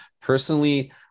Personally